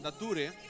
nature